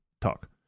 talk